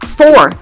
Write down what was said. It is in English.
four